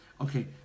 Okay